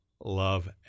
love